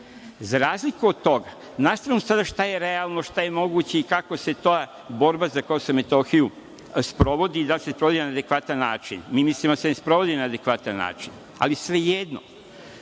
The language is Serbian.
za razliku od toga, na stranu sad šta je realno, šta je moguće i kako se ta borba za Kosovo i Metohiju sprovodi i da li se sprovodi na adekvatan način, mi mislimo da se ne sprovodi na adekvatan način, ali svejedno,